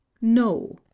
NO